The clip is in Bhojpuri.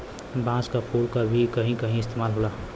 बांस क फुल क भी कहीं कहीं इस्तेमाल होला